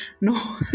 No